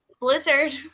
Blizzard